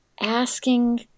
asking